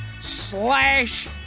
slash